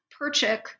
Perchik